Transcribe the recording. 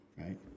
right